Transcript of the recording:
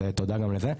אז תודה גם לזה.